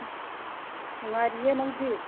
ꯅꯨꯡꯉꯥꯏꯔꯤꯌꯦ ꯅꯪꯗꯤ